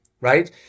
right